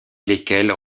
lesquels